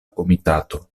komitato